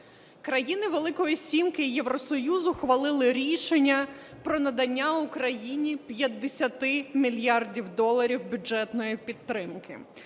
Країни "Великої сімки" і Євросоюз ухвалили рішення про надання Україні 50 мільярдів доларів бюджетної підтримки.